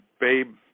Babe